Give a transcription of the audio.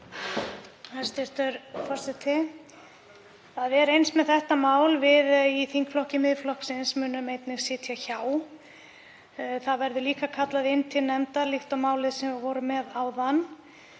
Það er eins með þetta mál. Við í þingflokki Miðflokksins munum einnig sitja hjá. Það verður kallað inn til nefndar líkt og málið sem við vorum með áðan.